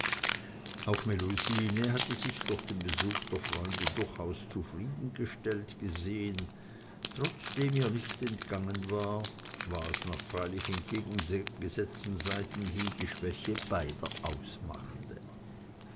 auch melusine hatte sich durch den besuch der freunde durchaus zufriedengestellt gesehen trotzdem ihr nicht entgangen war was nach freilich entgegengesetzten seiten hin die schwäche beider ausmachte